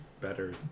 better